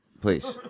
Please